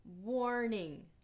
warning